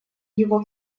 его